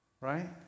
Right